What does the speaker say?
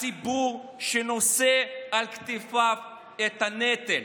הציבור שנושא על כתפיו את הנטל.